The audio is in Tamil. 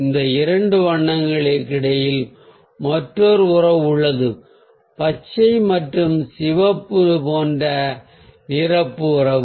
இந்த இரண்டு வண்ணங்களுக்கிடையில் மற்றொரு உறவு உள்ளது பச்சை மற்றும் சிவப்பு போன்ற நிரப்பு உறவு